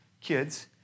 kids